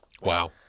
Wow